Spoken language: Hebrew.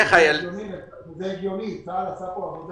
האם